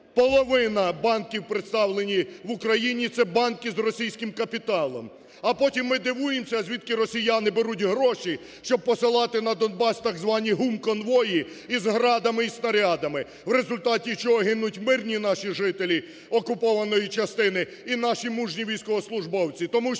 половина банків представлені в Україні це банки з російським капіталом. А потім ми дивуємося, а звідки росіяни беруть гроші, щоб посилати на Донбас так звані гумконвої і з градами, і з снарядами, в результаті чого гинуть мирні наші жителі окупованої частини і наші мужні військовослужбовці.